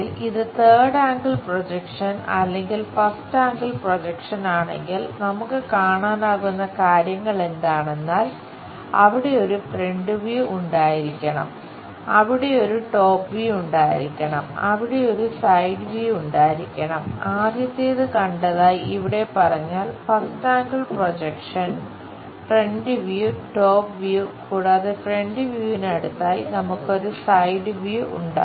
ഇത് third angle projection front view top view കൂടാതെ front വ്യൂവിന് അടുത്തായി നമുക്ക് ഒരു സൈഡ് വ്യൂ ഉണ്ടാകും